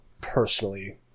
personally